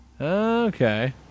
Okay